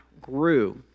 grew